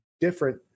different